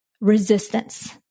resistance